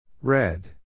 Red